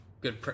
good